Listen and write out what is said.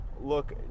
look